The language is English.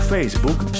Facebook